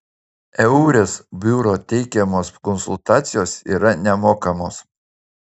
eures biuro teikiamos konsultacijos yra nemokamos